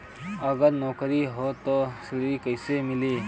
अगर नौकरी ह त ऋण कैसे मिली?